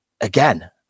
again